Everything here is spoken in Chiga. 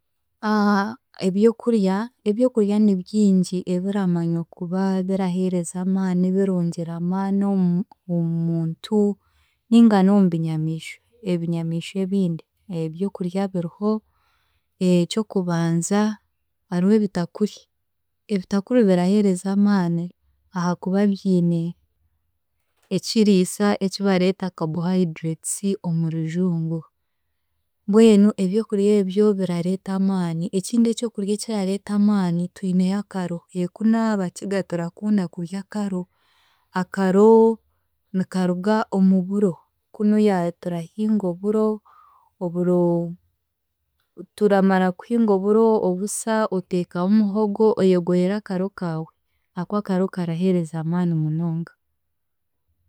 Aha sente ez'ahiiguru munonga. Ekindi ekindakunda kurya ekiraseera n'enkoko. Enkoko okukira munonga ez'enkoko enkoko ez'Enkiga. Enkoko ez'Enkiga ziboniire munonga. Ziboniire munonga n'abantu ahabw'okumanya ngu ziboniire munonga abarazitunga baraziseera. Ez'enkoko n'obu ziraabe zireeriisa zo zireeriiza, zireeriisa zirya buri kamwe akizi akizarenda konka zinuzire munonga kandi baraziseera omu katare na n'abantu aba abaraba baraziguza omu maka gaabo baraziseera munonga konka ziboniire munonga.